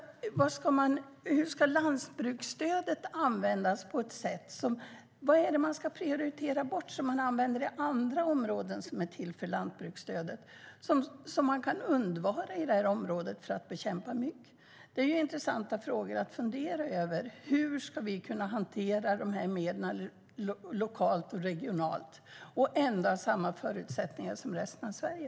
Hur ska landsbygdsstödet användas - vad är det man ska prioritera bort som man använder inom andra områden som landsbygdsstödet är till för? Vad är det som kan undvaras i området för att bekämpa mygg? Det är intressanta frågor att fundera över. Hur ska vi kunna hantera medlen lokalt och regionalt och ändå ha samma förutsättningar som resten av Sverige?